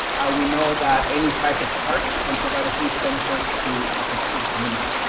we know that any size of park can provide a huge benefit to a particular community.